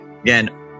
Again